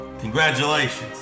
Congratulations